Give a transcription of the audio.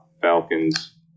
Falcons